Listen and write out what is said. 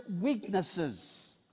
weaknesses